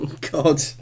god